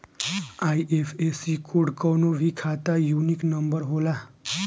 IFSC code कवनो भी खाता यूनिक नंबर होला